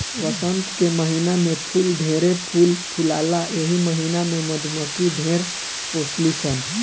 वसंत के महिना में फूल ढेरे फूल फुलाला एही महिना में मधुमक्खी ढेर पोसली सन